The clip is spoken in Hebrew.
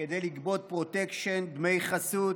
כדי לגבות פרוטקשן, דמי חסות,